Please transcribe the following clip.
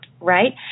right